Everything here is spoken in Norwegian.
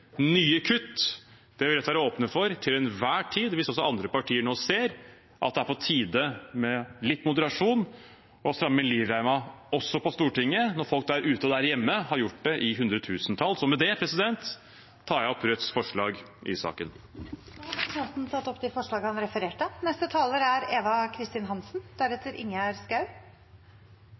nye kutt. Det vil Rødt være åpne for til enhver tid hvis også andre partier nå ser at det er på tide med litt moderasjon og å stramme inn livreima også på Stortinget, når folk der ute og der hjemme har gjort det i hundretusentalls. Med det tar jeg opp Rødts forslag i saken. Da har representanten Bjørnar Moxnes tatt opp de forslagene han refererte